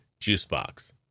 juicebox